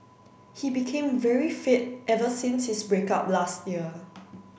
he became very fit ever since his break up last year